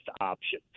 option